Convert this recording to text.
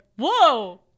whoa